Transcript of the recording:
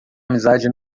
amizade